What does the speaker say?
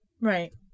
right